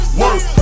work